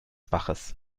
baches